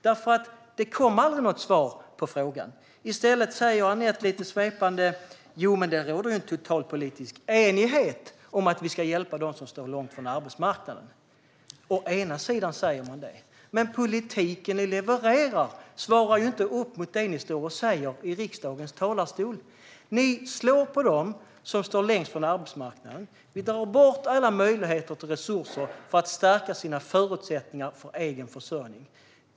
Det kom nämligen aldrig något svar på frågan. I stället säger Anette lite svepande: Jo, men det råder en total politisk enighet om att vi ska hjälpa dem som står långt från arbetsmarknaden. Det säger ni, men den politik ni levererar svarar inte upp mot det som ni säger i riksdagens talarstol. Ni slår på dem som står längst från arbetsmarknaden. Ni drar bort alla möjligheter till resurser som är till för att de ska kunna stärka sina förutsättningar för egen försörjning.